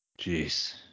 jeez